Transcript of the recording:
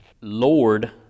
Lord